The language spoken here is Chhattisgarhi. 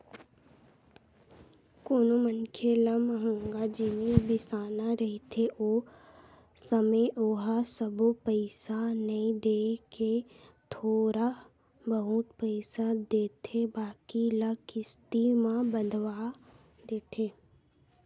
कोनो मनखे ल मंहगा जिनिस बिसाना रहिथे ओ समे ओहा सबो पइसा नइ देय के थोर बहुत पइसा देथे बाकी ल किस्ती म बंधवा देथे